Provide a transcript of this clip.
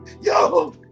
yo